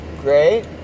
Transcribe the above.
great